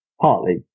partly